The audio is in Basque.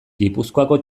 gipuzkoako